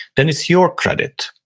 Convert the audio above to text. then it's your credit,